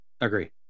Agree